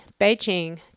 Beijing